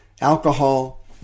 alcohol